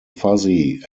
fuzzy